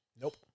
Nope